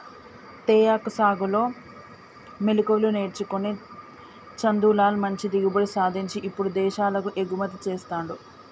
తేయాకు సాగులో మెళుకువలు నేర్చుకొని చందులాల్ మంచి దిగుబడి సాధించి ఇప్పుడు విదేశాలకు ఎగుమతి చెస్తాండు